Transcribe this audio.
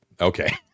Okay